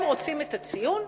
הם רוצים את הציון,